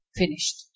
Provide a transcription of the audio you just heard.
finished